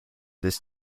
this